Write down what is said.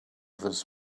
this